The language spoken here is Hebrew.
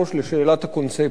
לשאלת הקונספציה.